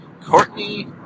Courtney